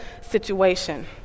situation